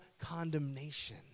condemnation